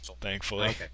thankfully